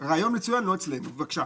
המיסים --- רעיון מצוין רק לא אצלנו בבקשה.